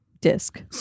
Disc